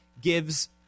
gives